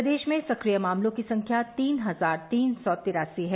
प्रदेश में सक्रिय मामलों की संख्या तीन हजार तीन सौ तिरासी है